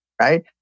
right